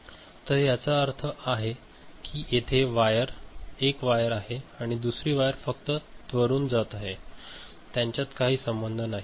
तर याचा अर्थ असा आहे की येथे एक वायर आहे आणि दुसरी वायर फक्त त्वरून जात आहे त्यांच्यात काही संबंध नाही